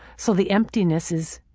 so the emptiness is.